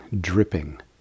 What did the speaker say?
dripping